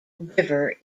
river